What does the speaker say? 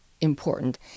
important